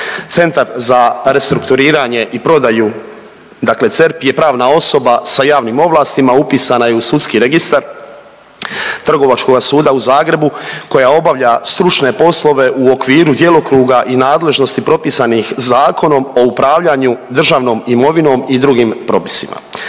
Centar za restrukturiranje i prodaju, dakle CERP je pravna osoba sa javnim ovlastima, upisana je u sudski registra Trgovačkoga suda u Zagrebu koja obavlja stručne poslove u okviru djelokruga i nadležnosti propisanih Zakonom o upravljanju državnom imovinom i drugim propisima.